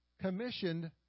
commissioned